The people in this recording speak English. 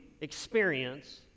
experience